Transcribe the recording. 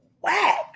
whack